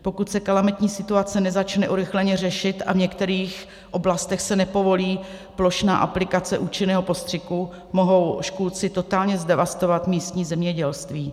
Pokud se kalamitní situace nezačne urychleně řešit a v některých oblastech se nepovolí plošná aplikace účinného postřiku, mohou škůdci totálně zdevastovat místní zemědělství.